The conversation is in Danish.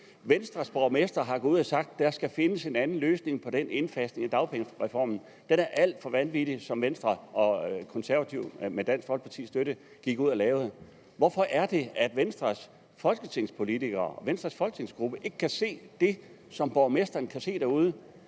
Venstres borgmestre er gået ud og har sagt, at der skal findes en anden løsning på indfasningen af dagpengereformen. Det er alt for vanvittigt med det, som Venstre og Konservative med Dansk Folkepartis støtte gik ud og lavede. Hvorfor er det, at Venstres folketingspolitikere og Venstres folketingsgruppe ikke kan se det, som borgmestrene kan se derude,